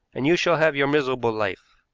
and you shall have your miserable life.